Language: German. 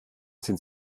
sind